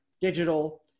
digital